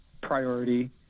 priority